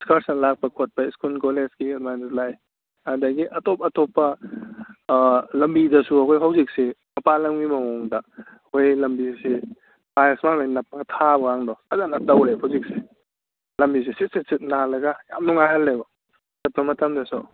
excursion ꯂꯥꯛꯄ ꯈꯣꯠꯄ school ꯀꯣꯂꯦꯖꯀꯤ ꯑꯗꯨꯃꯥꯏꯅ ꯂꯥꯛꯑꯦ ꯑꯗꯒꯤ ꯑꯇꯣꯞ ꯑꯇꯣꯞꯄ ꯂꯝꯕꯤꯗꯁꯨ ꯑꯩꯈꯣꯏ ꯍꯧꯖꯤꯛꯁꯤ ꯃꯄꯥꯟ ꯂꯝꯒꯤ ꯃꯑꯣꯡꯗ ꯑꯩꯈꯣꯏ ꯂꯝꯕꯤꯁꯤ ꯇꯥꯏꯜꯁꯀ ꯂꯣꯏꯅ ꯅꯞꯄꯒ ꯊꯥꯕ ꯀꯥꯡꯗꯣ ꯐꯖꯅ ꯇꯧꯔꯦ ꯍꯧꯖꯤꯛꯁꯦ ꯂꯝꯕꯤꯁꯤ ꯁꯤꯠ ꯁꯤꯠ ꯁꯤꯠ ꯅꯥꯟꯂꯒ ꯌꯥꯝ ꯅꯨꯡꯉꯥꯏꯍꯜꯂꯦꯕ ꯆꯠꯄ ꯃꯇꯝꯗꯁꯨ